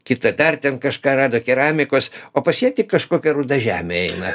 kita dar ten kažką rado keramikos o pas ją tik kažkokia ruda žemė eina